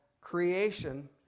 creation